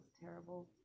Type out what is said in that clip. terrible